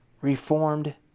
reformed